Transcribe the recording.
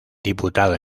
diputado